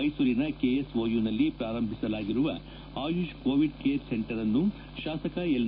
ಮೈಸೂರಿನ ಕೆಎಸ್ಓಯುನಲ್ಲಿ ಪ್ರಾರಂಭಿಸಲಾಗಿರುವ ಆಯುಷ್ ಕೋವಿಡ್ ಕೇರ್ ಸೆಂಟರ್ ಅನ್ನು ಶಾಸಕ ಎಲ್